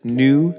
new